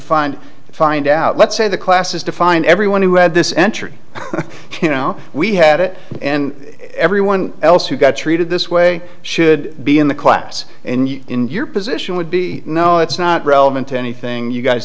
find find out let's say the class is defined everyone who read this entry you know we had it and everyone else who got treated this way should be in the class and in your position would be no it's not relevant to anything you guys